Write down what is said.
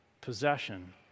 possession